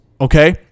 Okay